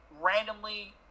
randomly